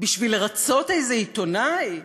בשביל לרצות איזה עיתונאי?